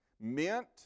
mint